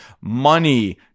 money